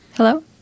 Hello